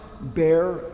bear